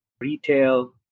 retail